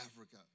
Africa